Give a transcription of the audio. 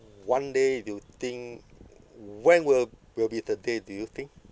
one day you think when will will be the day do you think